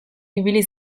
ibili